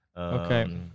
Okay